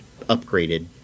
upgraded